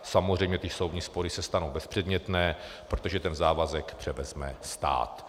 Samozřejmě ty soudní spory se stanou bezpředmětné, protože ten závazek převezme stát.